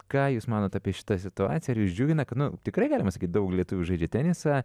ką jūs manot apie šitą situaciją ar jus džiugina kad nu tikrai galima sakyti daug lietuvių žaidžia tenisą